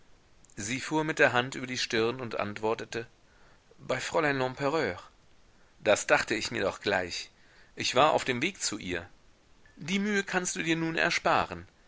sie fuhr mit der hand über die stirn und antwortete bei fräulein lempereur das dachte ich mir doch gleich ich war auf dem weg zu ihr die mühe kannst du dir nun ersparen